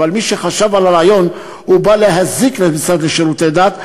אבל מי שחשב על הרעיון בא להזיק למשרד לשירותי דת.